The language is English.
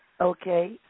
Okay